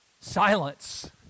silence